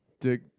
dick